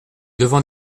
devant